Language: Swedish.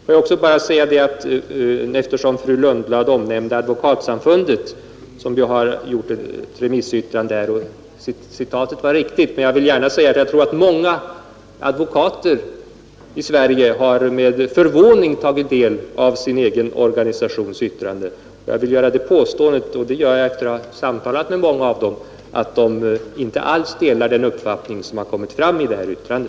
Får jag också bara säga, eftersom fru Lundblad omnämnde Advokatsamfundet som avlämnat ett remissyttrande, att citatet ur detta visserligen var riktigt. Men jag vill också säga att många advokater i Sverige med förvåning har tagit del av sin organisations yttrande. Jag vill göra det påståendet, efter att ha samtalat med många av dem, att de inte alls delar den uppfattning som kommit till uttryck i detta yttrande.